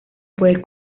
puede